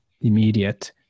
immediate